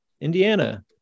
Indiana